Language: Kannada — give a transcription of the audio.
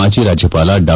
ಮಾಜಿ ರಾಜ್ಯಪಾಲ ಡಾ